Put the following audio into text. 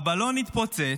הבלון התפוצץ,